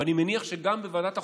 ואני מניח שגם בוועדת החוקה,